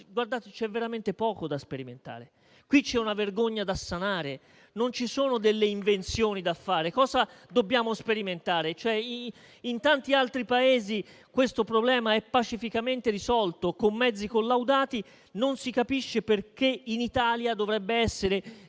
Qui c'è veramente poco da sperimentare: qui c'è una vergogna da sanare, e non delle invenzioni da fare. Cosa dobbiamo sperimentare? In tanti altri Paesi questo problema è pacificamente risolto con mezzi collaudati. Non si capisce perché in Italia dovrebbe essere